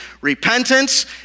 repentance